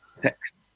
text